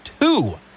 two